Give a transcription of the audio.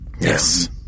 Yes